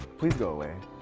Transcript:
please go away.